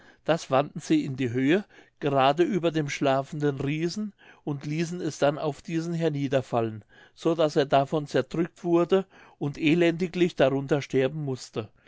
das wanden sie in die höhe gerade über dem schlafenden riesen und ließen es dann auf diesen herniederfallen so daß er davon zerdrückt wurde und elendiglich darunter sterben mußte